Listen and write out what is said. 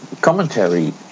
commentary